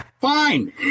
Fine